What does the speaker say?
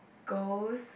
girls